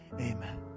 Amen